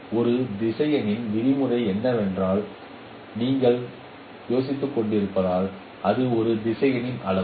எனவே ஒரு திசையனின் விதிமுறை என்றால் என்ன என்று நீங்கள் யோசித்துக்கொண்டிருந்தால் அது அந்த திசையனின் அளவு